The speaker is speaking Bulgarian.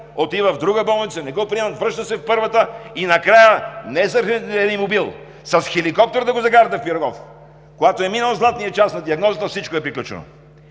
отива в друга болница – не го приемат, връща се в първата и накрая не заради ренеамобил, а с хеликоптер да го закарате в „Пирогов“, когато е минал „златният час“ на диагнозата, всичко е приключено.